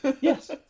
yes